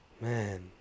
Man